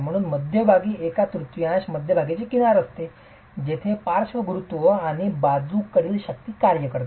म्हणूनच मध्यभागी एका तृतीयांश मध्यभागीची किनार असते जेथे पार्श्व गुरुत्व अधिक बाजूकडील शक्ती कार्य करते